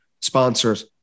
sponsors